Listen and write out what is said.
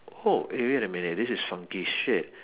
oh eh wait a minute this is funky shit